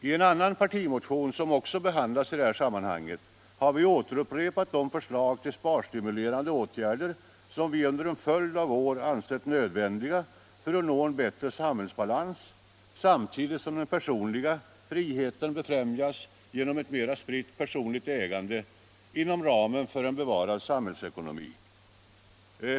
I en annan partimotion, som också behandlas i detta sammanhang, har vi återupprepat de förslag till sparstimulerande åtgärder som vi under en följd av år ansett nödvändiga för att nå en bättre samhällsbalans, samtidigt som den personliga friheten befrämjas genom ett mer spritt personligt ägande inom ramen för en bevarad marknadsekonomi.